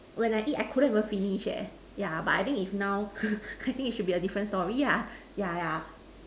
when I eat I couldn't even finish yeah but I think if now I think it should be a different story yeah yeah